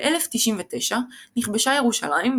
ב-1099 נכבשה ירושלים,